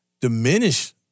diminish